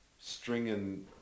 stringing